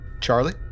Charlie